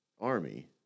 Army